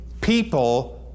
people